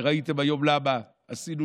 וראיתם היום למה עשינו